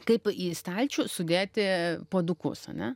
kaip į stalčių sudėti puodukus ane